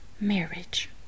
marriage